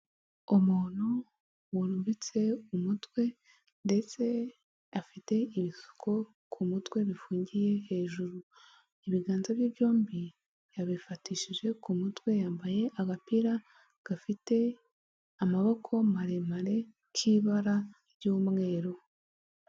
Umuntu wurubitse umutwe ndetse afite ibisuko ku mutwe bifungiye hejuru ibiganza bye byombi yabifatishije ku mutwe yambaye agapira gafite amaboko maremare k'ibara ry'umweru.